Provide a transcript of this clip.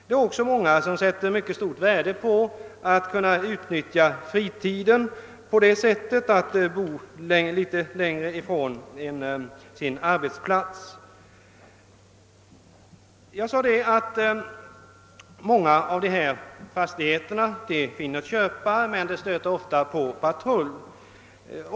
Det är också många som sätter mycket stort värde på att bättre kunna utnyttja fritiden genom att bo något längre från sin arbetsplats. Jag sade att många av ifrågavarande fastigheter finner köpare men att försäljningen ofta stöter på patrull.